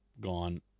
gone